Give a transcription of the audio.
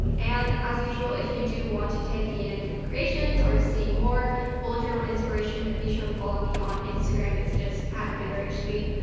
and and as usual, if you do want to tag me in any recreations or see more bullet journal inspiration, be sure to follow me on instagram. it's just amandarachlee.